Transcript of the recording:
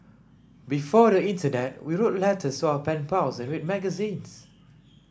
before the internet we wrote letters to our pen pals and read magazines